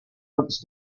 once